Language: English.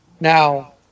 now